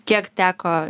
kiek teko